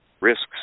risks